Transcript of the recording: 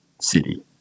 city